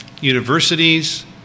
universities